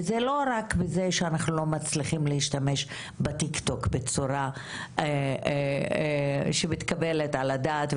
וזה לא רק זה שאנחנו לא מצלחים להשתמש בטיק-טוק בצורה שמתקבלת על הדעת,